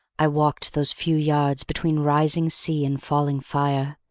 i walked those few yards, between rising sea and falling fire,